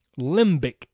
Limbic